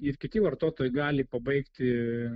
ir kiti vartotojai gali pabaigti